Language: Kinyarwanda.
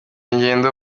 ngendo